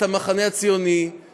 את המחנה הציוני,